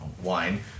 wine